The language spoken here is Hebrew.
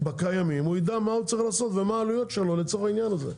בקיימים הוא יידע מה הוא צריך לעשות ומה העלויות שלו לצורך העניין הזה.